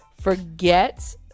forget